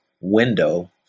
Window